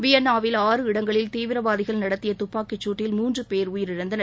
வியன்னாவில் ஆறு இடங்களில் தீவிரவாதிகள் நடத்திய துப்பாக்கிச் சூட்டில் மூன்று பேர் உயிரிழந்தனர்